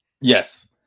Yes